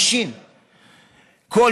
50 ראשי ערים.